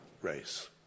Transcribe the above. race